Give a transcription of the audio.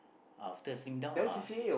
after slim down ah